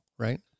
Right